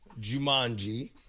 Jumanji